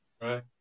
Right